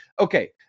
Okay